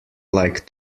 like